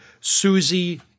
Susie